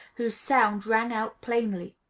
whose sound rang out plainly,